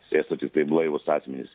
sėstų tiktai blaivūs asmenys